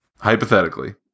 hypothetically